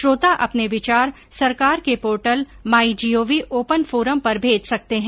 श्रोता अपने विचार सरकार के portal my gov open forum पर भेज सकते है